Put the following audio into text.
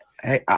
hey